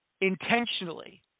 intentionally